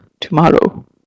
tomorrow